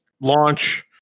Launch